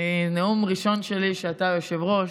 נאום ראשון כשאתה יושב-ראש.